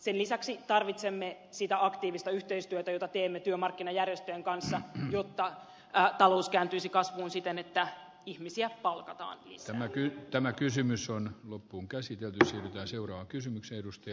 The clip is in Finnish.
sen lisäksi tarvitsemme sitä aktiivista yhteistyötä jota teemme työmarkkinajärjestöjen kanssa jotta talous kääntyisi kasvuun siten että ihmisiä palkataan niissä näkyy tämä kysymys on loppuun käsiteltynä se seuraa kysymyksiä lisää